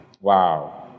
Wow